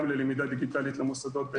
גם ללמידה דיגיטלית למוסדות.